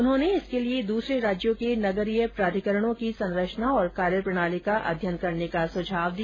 उन्होंने इसके लिए दूसरे राज्यों के नगरीय प्राधिकरणों को संरचना और कार्यप्रणाली का अध्ययन करने का सुझाव दिया